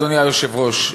אדוני היושב-ראש,